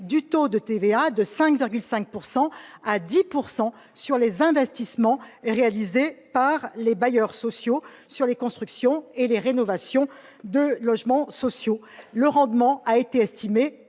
du taux de TVA sur les investissements réalisés par les bailleurs sociaux sur les constructions et les rénovations de logements sociaux. Le rendement de cette